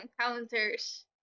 encounters